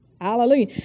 Hallelujah